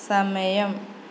സമയം